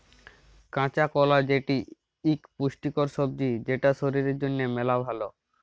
কাঁচা কলা যেটি ইক পুষ্টিকর সবজি যেটা শরীর জনহে মেলা ভাল